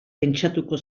pentsatuko